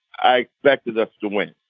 i expected us to win.